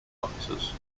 officers